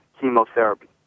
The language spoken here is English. chemotherapy